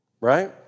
Right